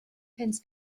punt